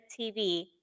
TV